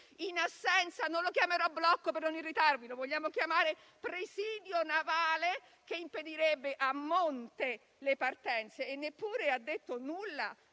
irritarvi) presidio navale, che impedirebbe a monte le partenze. Neppure ha detto nulla